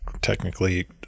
technically